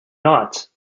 not